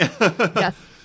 Yes